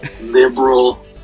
liberal